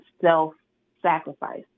self-sacrifice